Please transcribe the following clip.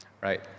right